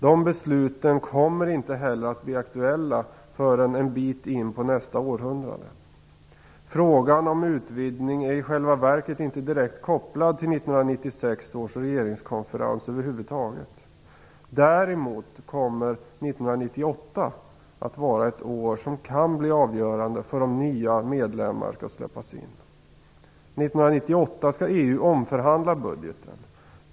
De besluten kommer inte heller att bli aktuella förrän en bit in på nästa århundrade. Frågan om utvidgning är i själva verket inte direkt kopplad till 1996 års regeringskonferens över huvud taget. Däremot kommer 1998 att vara ett år som kan bli avgörande för om nya medlemmar skall släppas in. 1998 skall EU omförhandla budgeten.